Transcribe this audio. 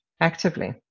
actively